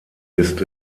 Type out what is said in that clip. ist